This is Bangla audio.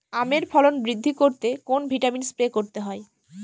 আমের ফলন বৃদ্ধি করতে কোন ভিটামিন স্প্রে করতে হয়?